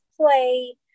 play